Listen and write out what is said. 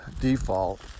default